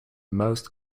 most